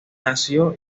nació